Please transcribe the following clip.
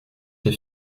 ses